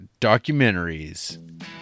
documentaries